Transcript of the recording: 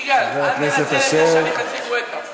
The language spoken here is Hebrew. יגאל, אל תנצל את זה שאני חצי גואטה.